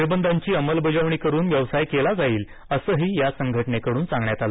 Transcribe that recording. निर्बंधांची अंमलबजावणी करून व्यवसाय केला जाईल असंही या संघटनेकडून सांगण्यात आलं